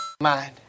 mind